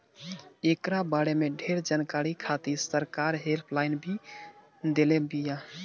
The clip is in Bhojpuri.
एकरा बारे में ढेर जानकारी खातिर सरकार हेल्पलाइन भी देले बिया